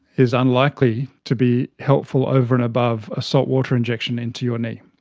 is unlikely to be helpful over and above a salt water injection into your knee.